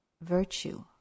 virtue